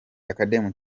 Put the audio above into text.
academy